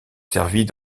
servit